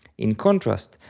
in contrast,